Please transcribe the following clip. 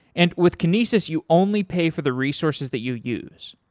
and with kinesis, you only pay for the resources that you use.